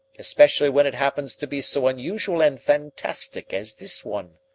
especially when it happens to be so unusual and fantastic as this one.